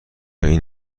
این